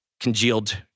congealed